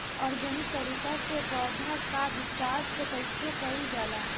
Organic तरीका से पौधा क विकास कइसे कईल जाला?